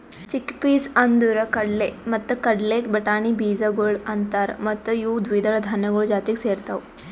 chickpeas ಅಂದುರ್ ಕಡಲೆ ಮತ್ತ ಕಡಲೆ ಬಟಾಣಿ ಬೀಜಗೊಳ್ ಅಂತಾರ್ ಮತ್ತ ಇವು ದ್ವಿದಳ ಧಾನ್ಯಗಳು ಜಾತಿಗ್ ಸೇರ್ತಾವ್